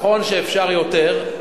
נכון שאפשר יותר,